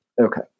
Okay